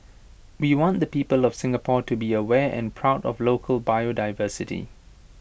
we want the people of Singapore to be aware and proud of local biodiversity